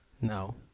No